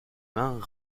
mains